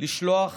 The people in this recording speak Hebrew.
לשלוח